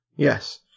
Yes